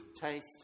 taste